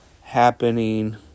happening